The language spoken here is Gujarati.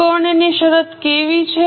ચુકવણીની શરતો કેવી છે